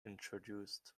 introduced